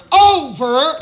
Over